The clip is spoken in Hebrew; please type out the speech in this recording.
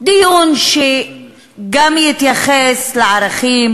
דיון שגם יתייחס לערכים,